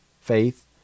Faith